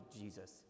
Jesus